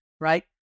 right